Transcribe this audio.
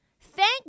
Thank